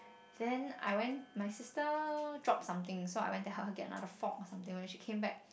then I went my sister dropped something so I went to help her get another fork or something so when she came back